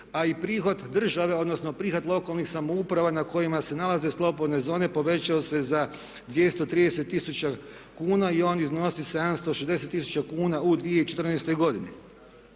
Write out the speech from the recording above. a i prihod države odnosno prihod lokalnih samouprava na kojima se nalaze slobodne zone povećao se za 230 tisuća kuna i on iznosi 760 tisuća kuna u 2014. godini.